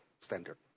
standard